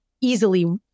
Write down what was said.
easily